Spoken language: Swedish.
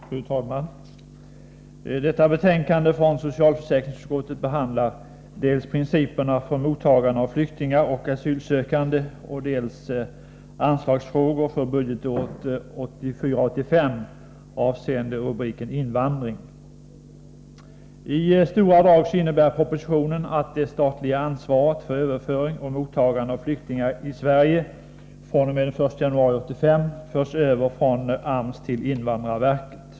Fru talman! Detta betänkande från socialförsäkringsutskottet behandlar dels principerna för mottagande av flyktingar och asylsökande, dels anslagsfrågor för budgetåret 1984/85 avseende invandring. I stora drag innebär propositionen att det statliga ansvaret för överföring och mottagande av flyktingar i Sverige fr.o.m. den 1 januari 1985 förs över från AMS till invandrarverket.